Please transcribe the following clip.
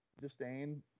disdain